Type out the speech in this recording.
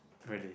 really